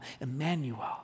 Emmanuel